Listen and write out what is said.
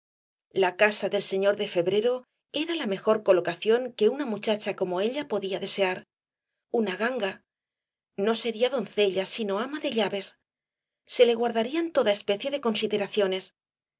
la casa del señor de febrero era la mejor colocación que una muchacha como ella podía desear una ganga no sería doncella sino ama de llaves se le guardarían toda especie de consideraciones